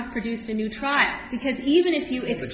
have produced a new trial because even if you if